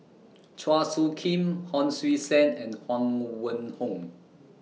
Chua Soo Khim Hon Sui Sen and Huang Wenhong